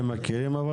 אם